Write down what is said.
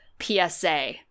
PSA